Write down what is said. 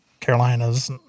Carolinas